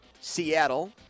Seattle